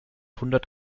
hundert